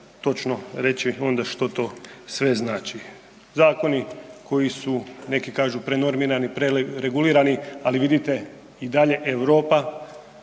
točno reći onda što to sve znači. Zakoni koji su neki kažu prenormirani, pre regulirani, ali vidite i dalje Europa